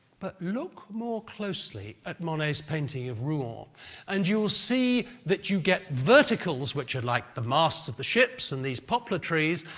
but look more closely at monet's painting of rouen and you will see that you get verticals which are like the masts of the ships and these poplar trees,